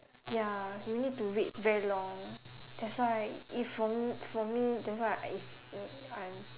ya you need to wait very long that's why if for me for me that's why I is n~ I'm